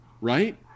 right